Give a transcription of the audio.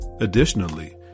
Additionally